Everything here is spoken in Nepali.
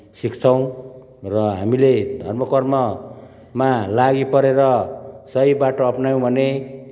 सिक्छौँ र हामीले धर्मकर्ममा लागि परेर सही बाटो अप्नायौँ भने